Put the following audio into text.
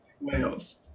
whales